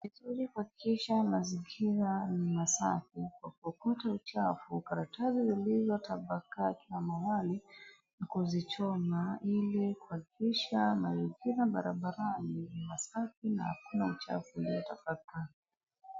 Ni vizuri kuhakikisha mazingira ni masafi kwa kuokota uchafu, karatasi zilitapakaa kila mahali na kuzichoma ili kuhakikisha manzigira barabarani ni masafi na hakuna uchafu uliotapakaa.